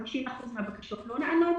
ו-50% מן הבקשות לא נענות.